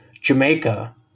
Jamaica